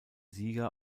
sieger